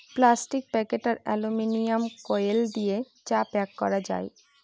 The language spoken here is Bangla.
প্লাস্টিক প্যাকেট আর অ্যালুমিনিয়াম ফোয়েল দিয়ে চা প্যাক করা যায়